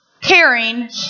caring